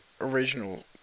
original